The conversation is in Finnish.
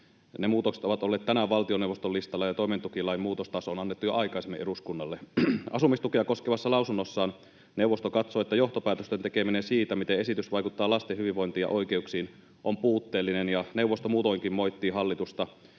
ne muutokset ovat olleet tänään valtioneuvoston listalla ja toimeentulotukilain muutostaso on annettu jo aikaisemmin eduskunnalle. Asumistukea koskevassa lausunnossaan neuvosto katsoo, että johtopäätösten tekeminen siitä, miten esitys vaikuttaa lasten hyvinvointiin ja oikeuksiin, on puutteellinen, ja neuvosto muutoinkin moittii hallitusta